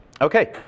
Okay